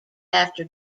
after